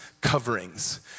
coverings